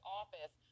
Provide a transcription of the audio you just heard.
office